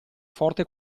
forte